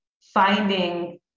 finding